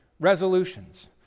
resolutions